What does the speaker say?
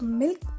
milk